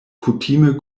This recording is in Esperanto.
kutime